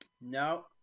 No